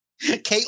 Kate